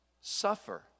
suffer